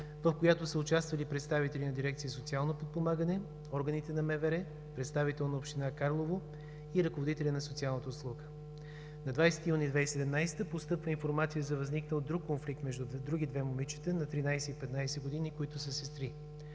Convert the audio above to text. в която са участвали представители на дирекция „Социално подпомагане“, органите на МВР, представител на община Карлово и ръководители на социалната услуга. На 20 юни 2017 г. постъпва информация за възникнал друг конфликт между други две момичета – на 13 и 15 години, които са сестри.